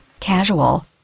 Casual